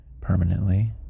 permanently